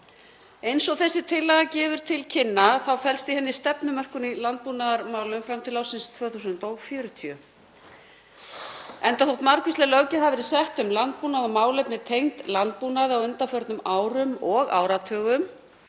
Eins og heiti tillögunnar gefur til kynna þá felst í henni stefnumörkun í landbúnaðarmálum fram til ársins 2040. Enda þótt margvísleg löggjöf hafi verið sett um landbúnað og málefni tengd landbúnaði á undanförnum árum og áratugum